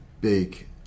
big